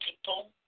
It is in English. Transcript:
people